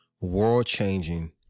world-changing